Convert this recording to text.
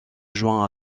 joint